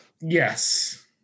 Yes